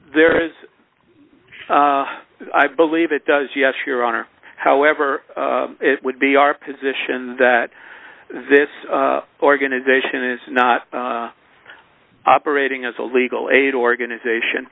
there is i believe it does yes your honor however it would be our position that this organization is not operating as a legal aid organization